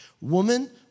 woman